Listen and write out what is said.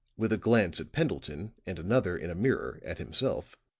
with a glance at pendleton and another in a mirror at himself